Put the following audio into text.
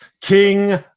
King